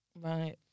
Right